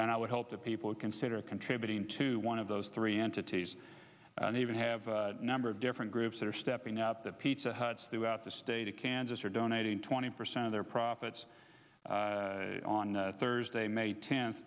and i would hope that people consider contributing to one of those three entities and even have a number of different groups that are stepping up the pizza hut throughout the state of kansas or donating twenty percent of their profits on thursday may ten